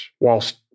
whilst